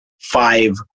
five